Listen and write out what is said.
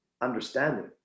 understanding